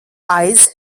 aiz